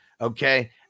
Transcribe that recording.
okay